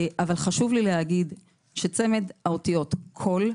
חשוב לי לומר שצמד האותיות "כל"